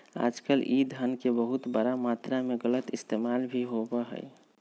आजकल ई धन के बहुत बड़ा मात्रा में गलत इस्तेमाल भी होबा हई